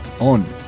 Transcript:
on